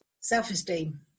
self-esteem